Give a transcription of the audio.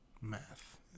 Math